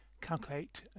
calculate